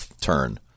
turn